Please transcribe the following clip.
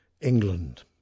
England